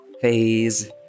phase